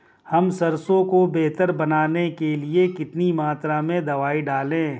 हम सरसों को बेहतर बनाने के लिए कितनी मात्रा में दवाई डालें?